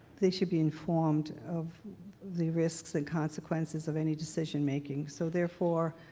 they should be informed of the risks and consequences of any decision making. so, therefore,